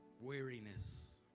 weariness